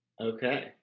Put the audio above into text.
okay